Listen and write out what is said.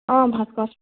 অঁ